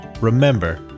remember